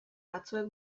batzuek